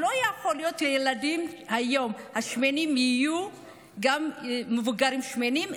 לא יכול להיות שילדים ששמנים היום יהיו גם מבוגרים שמנים,